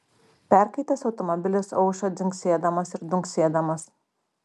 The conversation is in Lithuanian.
perkaitęs automobilis aušo dzingsėdamas ir dunksėdamas